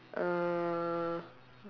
uh